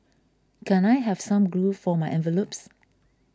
can I have some glue for my envelopes